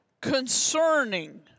concerning